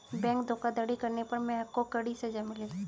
bank धोखाधड़ी करने पर महक को कड़ी सजा मिली